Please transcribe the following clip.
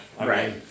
Right